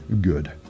good